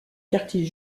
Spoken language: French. quartier